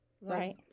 right